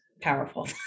powerful